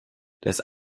das